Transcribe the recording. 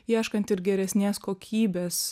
ieškant ir geresnės kokybės